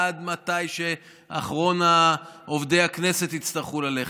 עד שאחרון עובדי הכנסת יצטרך ללכת.